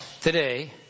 today